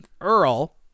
Earl